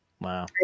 Wow